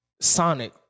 Sonic